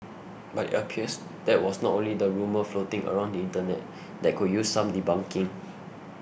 but it appears that was not only the rumour floating around the internet that could use some debunking